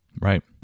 Right